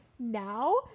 Now